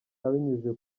abinyujije